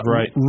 Right